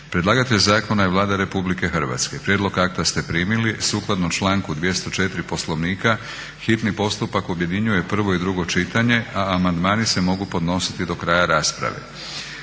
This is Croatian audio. Predlagatelj zakona je Vlada Republike Hrvatske. Prijedlog akta ste primili. Sukladno članku 204. Poslovnika hitni postupak objedinjuje prvo i drugo čitanje, a amandmani se mogu podnositi do kraja rasprave.